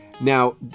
Now